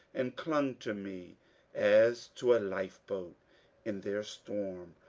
and clung to me as to a lifeboat in their storm.